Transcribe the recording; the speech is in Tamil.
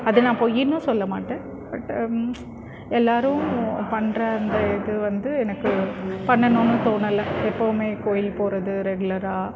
அதை நான் பொய்யின்னு சொல்ல மாட்டேன் பட்டு எல்லோரும் பண்ணுற அந்த இது வந்து எனக்கு பண்ணனுன்னு தோணல எப்போயுமே கோவில் போகிறது ரெகுலராக